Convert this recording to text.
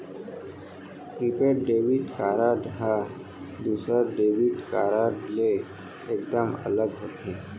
prepaid debit card ह दूसर debit card ले एकदम अलग होथे